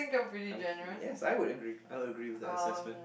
I'm kidding yes I would agree I would agree with that assessment